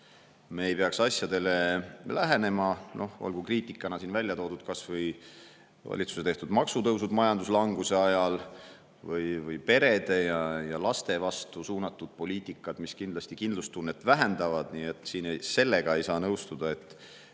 me ei peaks asjadele lähenema. Olgu kriitikat [väärivana] välja toodud kas või valitsuse tehtud maksutõusud majanduslanguse ajal või perede ja laste vastu suunatud poliitika, mis kindlasti kindlustunnet vähendab. Nii et sellega ei saa nõustuda, et